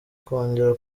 kongera